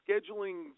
Scheduling